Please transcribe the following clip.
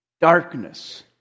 darkness